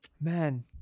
man